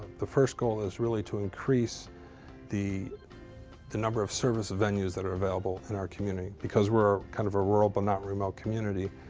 the first goal is really to increase the the number of service venues that are available in our community, because we're kind of a rural, but not remote, community.